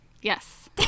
Yes